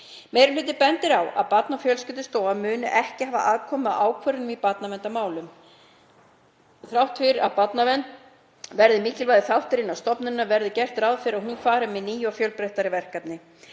Meiri hlutinn bendir á að Barna- og fjölskyldustofa muni ekki hafa aðkomu að ákvörðunum í barnaverndarmálum. Þrátt fyrir að barnavernd verði mikilvægur þáttur á stofnuninni verður gert ráð fyrir að hún fari með ný og fjölbreyttari verkefni.